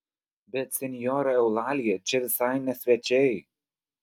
bet senjora eulalija čia visai ne svečiai